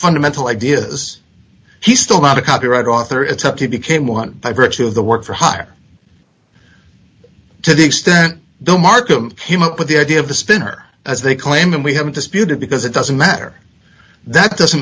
fundamental ideas he's still not a copyright author except he became one by virtue of the work for hire to the extent the markham came up with the idea of the spinner as they claim and we haven't disputed because it doesn't matter that doesn't